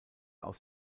aus